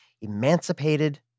emancipated